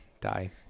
Die